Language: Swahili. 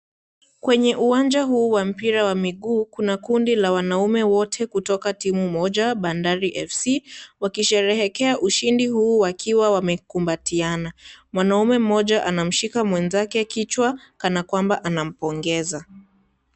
Kwenye uwanja huu wa mpira wa miguu, kuna kundi la wanaume wote kutoka timu moja, bandalr FC, wakisherehekea ushindi huu wakiwa wamekumbatiana. Mwanaume moja anamshika mwenzake kichwa, kanakwamba anampongeza.